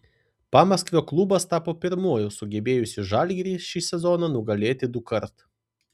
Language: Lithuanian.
pamaskvio klubas tapo pirmuoju sugebėjusiu žalgirį šį sezoną nugalėti dukart